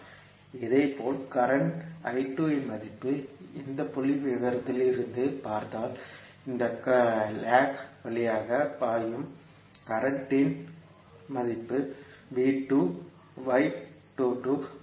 இதேபோல் கரண்ட் இன் மதிப்பு இந்த புள்ளிவிவரத்தில் இருந்து பார்த்தால் இந்த கால் வழியாக பாயும் கரண்ட் இன் மதிப்பு ஆக இருக்கும்